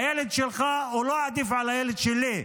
הילד שלך לא עדיף על הילד שלי,